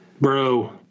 Bro